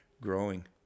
growing